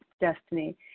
destiny